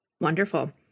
Wonderful